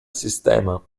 sistema